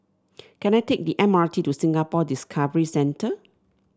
can I take the M R T to Singapore Discovery Centre